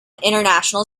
international